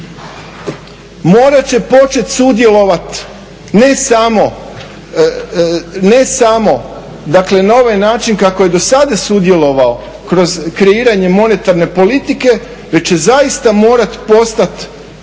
Morat će počet sudjelovat ne samo dakle na ovaj način kako je do sada sudjelovao kroz kreiranje monetarne politike, već će zaista morat postat,